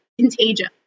contagious